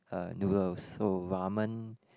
uh noodles so ramen